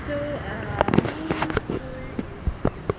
so uh school is